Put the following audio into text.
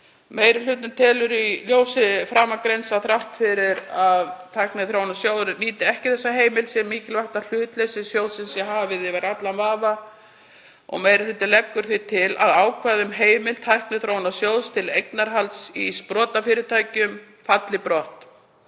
Meiri hlutinn telur í ljósi framangreinds að þrátt fyrir að Tækniþróunarsjóður nýti ekki þessa heimild sé mikilvægt að hlutleysi sjóðsins sé hafið yfir vafa. Meiri hlutinn leggur því til að ákvæði um heimild Tækniþróunarsjóðs til eignarhalds í sprotafyrirtækjum falli brott.